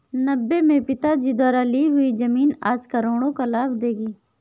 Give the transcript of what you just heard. नब्बे में पिताजी द्वारा ली हुई जमीन आज करोड़ों का लाभ देगी